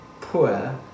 poor